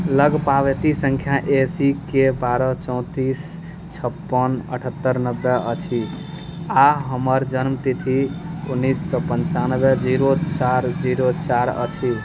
लग संख्या A C के बारह चौतीस छप्पन अठहत्तर नब्बे अस्सी आ हमर जन्म तिथि उन्नीस सए पञ्चानबे जीरो चारि जीरो चारि अछि